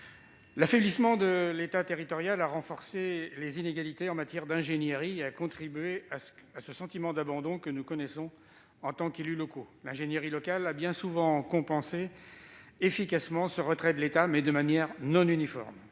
L'affaiblissement de l'État territorial a renforcé les inégalités en matière d'ingénierie et a contribué à ce sentiment d'abandon que, en tant qu'élus locaux, nous connaissons bien. L'ingénierie locale a souvent compensé efficacement ce retrait de l'État, mais de manière non uniforme.